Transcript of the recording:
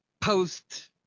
post